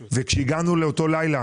שקלים וכאשר הגענו לכאן לאותו לילה